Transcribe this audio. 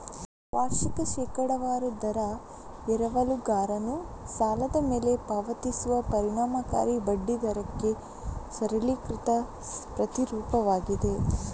ವಾರ್ಷಿಕ ಶೇಕಡಾವಾರು ದರ ಎರವಲುಗಾರನು ಸಾಲದ ಮೇಲೆ ಪಾವತಿಸುವ ಪರಿಣಾಮಕಾರಿ ಬಡ್ಡಿ ದರಕ್ಕೆ ಸರಳೀಕೃತ ಪ್ರತಿರೂಪವಾಗಿದೆ